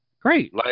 Great